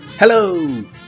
Hello